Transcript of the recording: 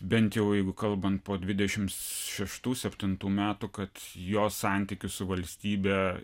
bent jau o jeigu kalbant po dvidešimt šeštų septintų metų kad jos santykius su valstybe